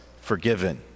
forgiven